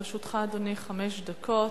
לרשותך, אדוני, חמש דקות.